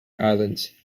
islands